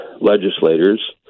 legislators